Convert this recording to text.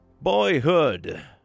Boyhood